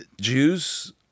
Jews